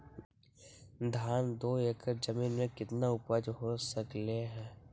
धान दो एकर जमीन में कितना उपज हो सकलेय ह?